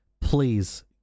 please